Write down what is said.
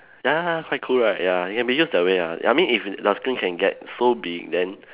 ya quite cool right ya it can be used that way lah I mean if your screen can get so big then